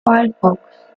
firefox